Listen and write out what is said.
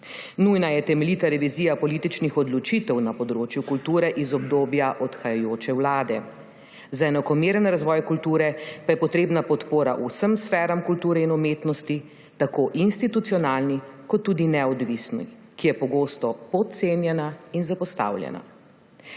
Nujna je temeljita revizija političnih odločitev na področju kulture iz obdobja odhajajoče vlade, za enakomeren razvoj kulture pa je potrebna podpora vsem sferam kulture in umetnosti, tako institucionalni kot tudi neodvisni, ki je pogosto podcenjena in zapostavljena.